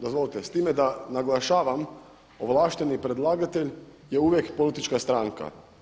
Dozvolite, s time da naglašavam ovlašteni predlagatelj je uvijek politička stranka.